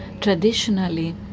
traditionally